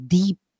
deep